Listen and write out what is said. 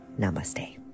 Namaste